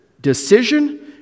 decision